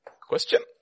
Question